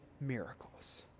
miracles